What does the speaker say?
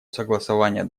согласования